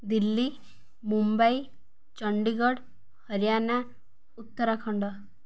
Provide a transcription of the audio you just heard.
Delhi Mumbai Chandigarh Haryana Uttarakhand